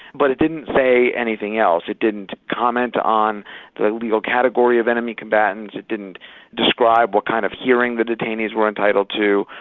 but it didn't say anything else, it didn't comment on the legal category of enemy combatants, it didn't describe what kind of hearing the detainees were entitled to,